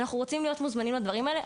אנחנו רוצים להיות מוזמנים לדברים האלה,